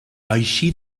eixir